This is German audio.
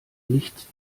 nicht